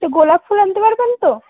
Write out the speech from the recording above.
তো গোলাপ ফুল আনতে পারবেন তো